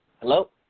Hello